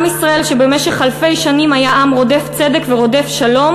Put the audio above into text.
עם ישראל שבמשך אלפי שנים היה עם רודף צדק ורודף שלום